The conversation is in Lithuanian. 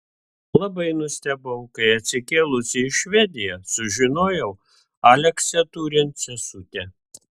labai nustebau kai atsikėlusi į švediją sužinojau aleksę turint sesutę